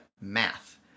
math